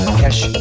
cash